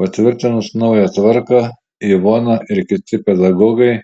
patvirtinus naują tvarką ivona ir kiti pedagogai